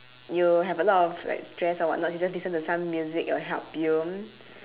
you have a lot of like stress of what not he say listen to some music will help you